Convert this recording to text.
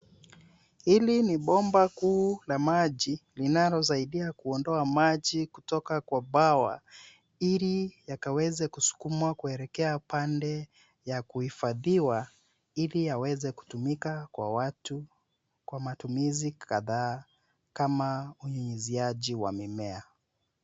Hili ni bomba kuu la maji; linalosaidia kuondoa maji kutoka kwa bwawa, ili yakaweze kusukumwa kuelekea pande ya kuhifadhiwa ili yaweze kutumika kwa watu kwa matumizi kadhaa kama unyunyiziaji wa mimea.